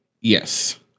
Yes